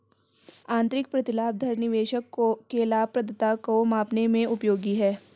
आंतरिक प्रतिलाभ दर निवेशक के लाभप्रदता को मापने में उपयोगी है